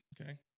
Okay